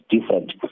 different